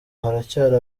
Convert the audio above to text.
haracyari